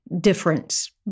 difference